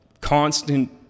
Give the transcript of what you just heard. constant